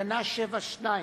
תקנה 7(2)